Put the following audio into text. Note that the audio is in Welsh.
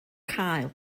cael